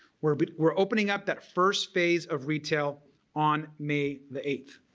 we're but we're opening up that first phase of retail on may the eighth.